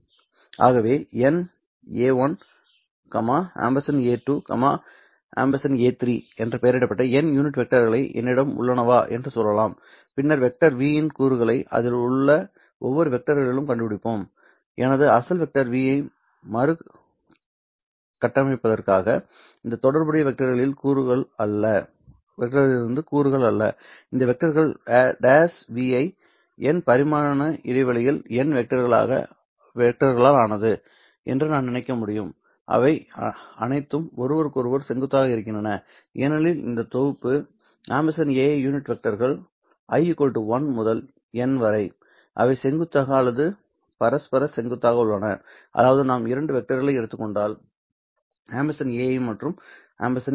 ஆகவே n a1 a2 a3 என பெயரிடப்பட்ட n யூனிட் வெக்டர்கள் என்னிடம் உள்ளனவா என்று சொல்லலாம் பின்னர் வெக்டர் v இன் கூறுகளை அதில் உள்ள ஒவ்வொரு வெக்டர்களிலும் கண்டுபிடிப்போம் எனது அசல் வெக்டர் v ஐ மறு கட்டமைப்பதற்காக அந்த தொடர்புடைய வெக்டர்களிலிருந்து கூறுகள் அல்ல இந்த வெக்டர் 'v ஐ n பரிமாண இடைவெளியில் n வெக்டர்களால் ஆனது என்று நான் நினைக்க முடியும் இவை அனைத்தும் ஒருவருக்கொருவர் செங்குத்தாக இருக்கின்றன ஏனெனில் இந்த தொகுப்பு ai யூனிட் வெக்டர்கள் i 1 முதல் n வரை அவை செங்குத்தாக அல்லது பரஸ்பர செங்குத்தாக உள்ளன அதாவது நாம் இரண்டு வெக்டர்களை எடுத்துக் கொண்டால் ai மற்றும் aj